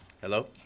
Hello